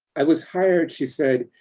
i was hired, she said,